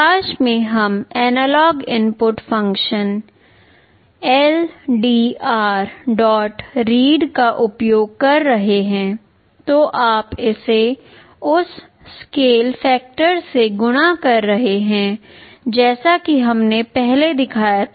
प्रकाश में हम analogue input function ldrread का उपयोग कर रहे हैं तो आप इसे उस स्केल फैक्टर से गुणा कर रहे हैं जैसा कि हमने पहले दिखाया था